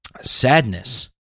sadness